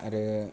आरो